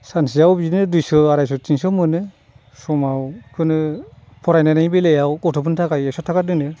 सानसेयाव बिदिनो दुइस' आराइस' तिनस' मोनो समाव बेखौनो फरायनायनि बेलायाव गथ'फोरनि थाखाय एकस' थाखा दोनो